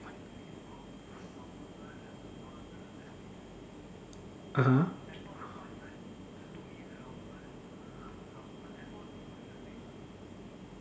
(uh huh)